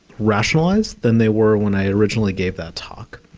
rationalized than they were when i originally gave that talk.